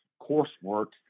coursework